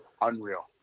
Unreal